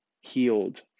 healed